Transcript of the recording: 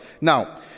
Now